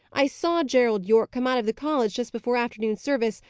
i saw gerald yorke come out of the college just before afternoon service,